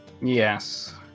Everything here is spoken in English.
Yes